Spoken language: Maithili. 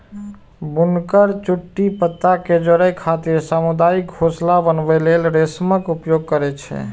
बुनकर चुट्टी पत्ता कें जोड़ै खातिर सामुदायिक घोंसला बनबै लेल रेशमक उपयोग करै छै